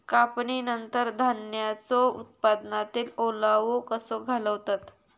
कापणीनंतर धान्यांचो उत्पादनातील ओलावो कसो घालवतत?